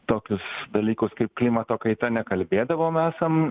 tokius dalykus kaip klimato kaita nekalbėdavom esam